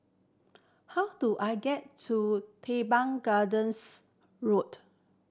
how do I get to Teban Gardens Road